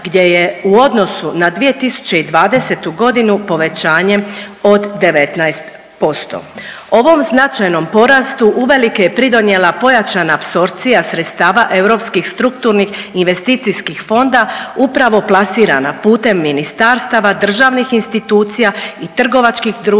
gdje je u odnosu na 2020. godinu povećanje od 19%. Ovom značajnom porastu uvelike je pridonijela pojačana apsorpcija sredstava europskih strukturnih i investicijskih fonda upravo plasirana putem ministarstava, državnih institucija i trgovačkih društava